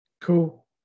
Cool